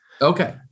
Okay